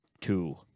Two